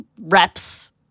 reps